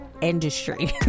industry